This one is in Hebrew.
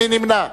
מי נמנע?